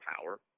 power